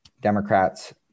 Democrats